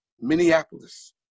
Minneapolis